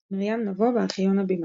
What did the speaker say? מרים נבו, בארכיון הבימה